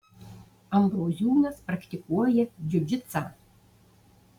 ambroziūnas praktikuoja džiudžitsą